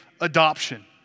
adoption